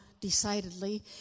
decidedly